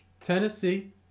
Tennessee